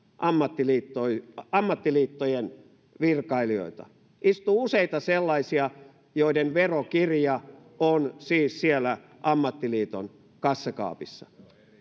ammattiliittojen ammattiliittojen virkailijoita istuu useita sellaisia joiden verokirja on siis siellä ammattiliiton kassakaapissa